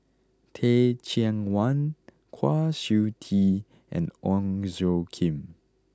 Teh Cheang Wan Kwa Siew Tee and Ong Tjoe Kim